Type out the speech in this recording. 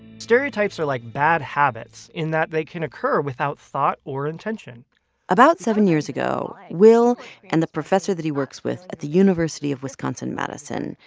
stereotypes are like bad habits in that they can occur without thought or intention about seven years ago, will and the professor that he works with at the university of wisconsin-madison,